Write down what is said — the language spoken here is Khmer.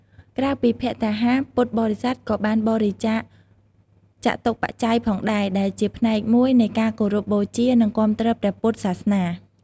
ក្រៅពីភត្តាហារ ពុទ្ធបរិស័ទក៏បានបរិច្ចាគចតុបច្ច័យផងដែរ ដែលជាផ្នែកមួយនៃការគោរពបូជា និងគាំទ្រព្រះពុទ្ធសាសនា។